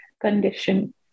condition